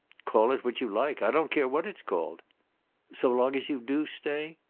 call it what you like! i don't care what it's called so long as you do stay?